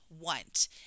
want